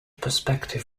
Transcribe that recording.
perspective